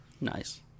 nice